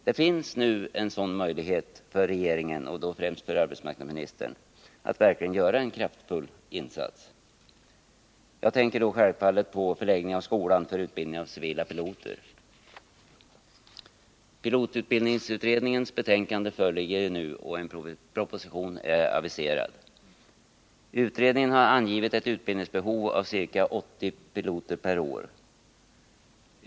Det finns nu en sådan möjlighet för regeringen och då främst för arbetsmarknadsministern att verkligen göra en kraftfull insats. Jag tänker därvid självfallet på förläggning av skolan för utbildning av civila piloter. Pilotutbildningsutredningens betänkande föreligger ju, och en proposition är aviserad. Utredningen har angivit ett utbildningsbehov av ca 80 piloter per år.